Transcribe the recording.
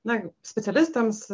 na specialistams